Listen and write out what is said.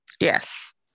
Yes